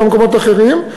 גם במקומות אחרים,